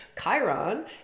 Chiron